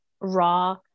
raw